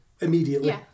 immediately